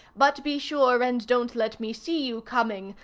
but be sure and don't let me see you coming,